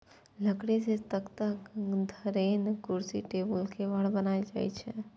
लकड़ी सं तख्ता, धरेन, कुर्सी, टेबुल, केबाड़ बनाएल जाइ छै